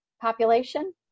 population